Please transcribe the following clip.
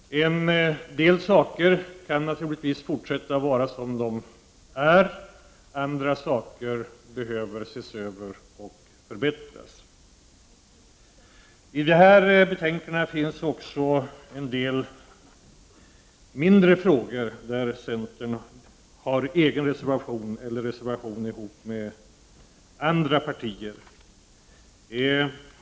En del saker kan naturligtvis fortsätta att vara som de är, medan andra saker behöver ses över och förbättras. I detta stora betänkande finns också en del mindre frågor, där centern har egen reservation eller reservation ihop med andra partier.